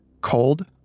Cold